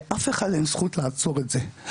לאף אחד אין זכות לעצור את זה.